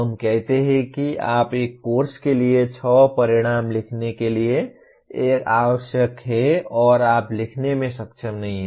हम कहते हैं कि आप एक कोर्स के लिए छह परिणाम लिखने के लिए आवश्यक हैं और आप लिखने में सक्षम नहीं हैं